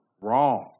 wrong